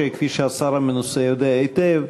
וכפי שהשר המנוסה יודע היטב,